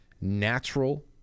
natural